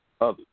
others